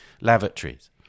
lavatories